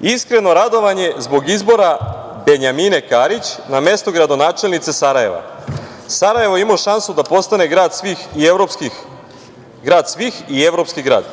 iskreno radovanje zbog izbora Benjamine Karić na mesto gradonačelnice Sarajeva. Sarajevo je imao šansu da postane grad svih i evropski grad.